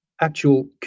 actual